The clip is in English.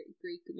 Greek